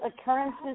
occurrences